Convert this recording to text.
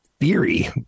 theory